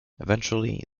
eventually